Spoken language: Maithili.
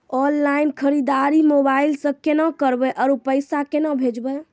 ऑनलाइन खरीददारी मोबाइल से केना करबै, आरु पैसा केना भेजबै?